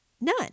None